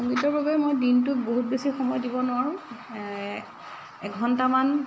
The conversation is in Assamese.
মই দিনটোত বহুত বেছি সময় দিব নোৱাৰোঁ এঘণ্টামান